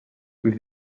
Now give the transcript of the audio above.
with